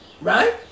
Right